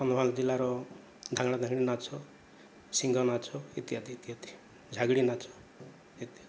କନ୍ଧମାଳ ଜିଲ୍ଲାର ଧାଙ୍ଗଡ଼ା ଧାଙ୍ଗିଡ଼ି ନାଚ ସିଂହ ନାଚ ଇତ୍ୟାଦି ଇତ୍ୟାଦି ଝାଗିଡ଼ି ନାଚ ଇତ୍ୟାଦି